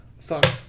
fuck